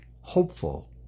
hopeful